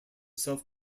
self